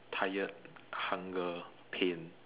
tired hunger pain